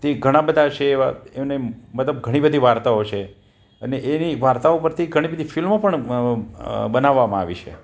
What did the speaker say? તે ઘણા બધા છે એવા એમની મતલબ ઘણી બધી વાર્તાઓ છે અને એની વાર્તાઓ પરથી ઘણી બધી ફિલ્મો પણ બનાવામાં આવી છે